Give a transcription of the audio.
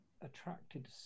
attracted